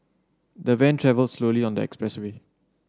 the van travelled slowly on the expressway